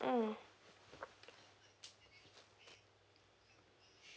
mm